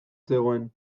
zegoen